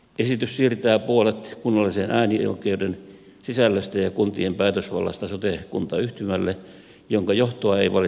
esitys siirtää puolet kunnallisen äänioi keuden sisällöstä ja kuntien päätösvallasta sote kuntayhtymälle jonka johtoa ei valita vaaleilla